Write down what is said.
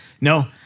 No